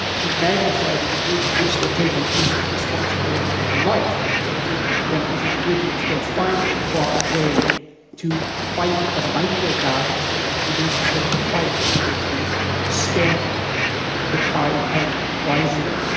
to magnify the degree to which they're taking personal responsibility for their life because i think that then as individuals they'll find the proper way to fight um and micro-battles that will be necessary and to fight in order to stamp the tide of rising